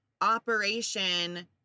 Operation